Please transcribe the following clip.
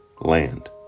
land